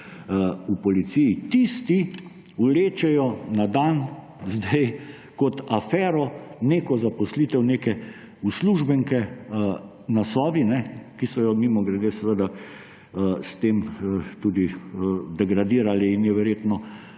v policiji, tisti vlečejo na dan sedaj kot afero zaposlitev neke uslužbenke na Sovi, ki so jo, mimogrede, s tem tudi degradirali in je verjetno